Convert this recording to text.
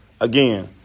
Again